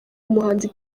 umuhanzi